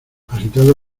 agitado